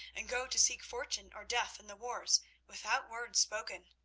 and go to seek fortune or death in the wars without word spoken.